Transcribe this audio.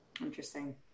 Interesting